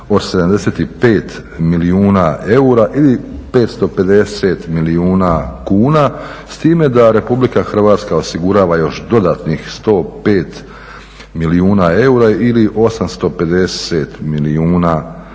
od 75 milijuna eura ili 550 milijuna kuna, s time da Republika Hrvatska osigurava još dodatnih 105 milijuna eura ili 850 milijuna kuna